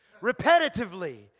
repetitively